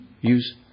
Use